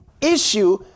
issue